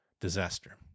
disaster